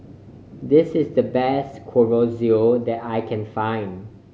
this is the best Chorizo that I can find